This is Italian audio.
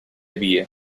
vie